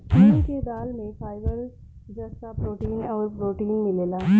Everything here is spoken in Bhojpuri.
मूंग के दाल में फाइबर, जस्ता, प्रोटीन अउरी प्रोटीन मिलेला